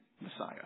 Messiah